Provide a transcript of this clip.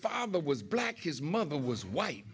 father was black his mother was white